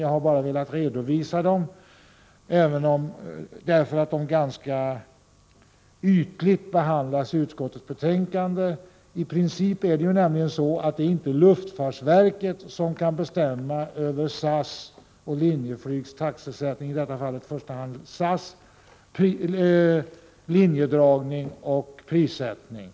Jag har velat redovisa dem, eftersom de behandlas ganska ytligt i utskottets betänkande. I princip är det nämligen inte luftfartsverket som har att bestämma över SAS och Linjeflygs taxesättning — när det gäller taxesättningen är det i första hand fråga om SAS — och över deras linjedragning och prissättning.